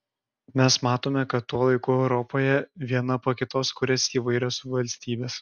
mes matome kad tuo laiku europoje viena po kitos kuriasi įvairios valstybės